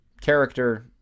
character